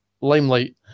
limelight